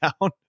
down